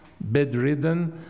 bedridden